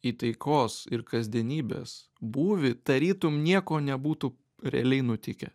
į taikos ir kasdienybės būvį tarytum nieko nebūtų realiai nutikę